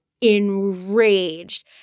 enraged